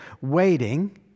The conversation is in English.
waiting